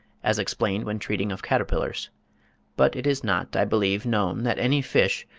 as explained when treating of caterpillars but it is not, i believe, known that any fish,